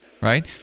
Right